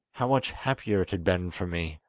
how much happier it had been for me